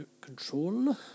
control